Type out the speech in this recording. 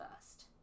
first